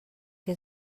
que